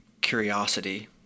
curiosity